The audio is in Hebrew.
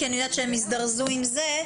כי אני יודעת שהם יזדרזו עם זה,